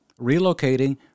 relocating